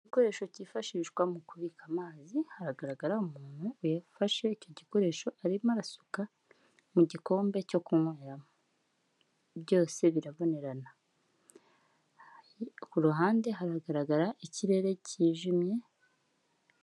Igikoresho cyifashishwa mu kubika amazi haragaragara umuntu ufashe icyo gikoresho arimo arasuka mu gikombe cyo kunyweramo, byose birabonerana ku ruhande hagaragara ikirere cyijimye.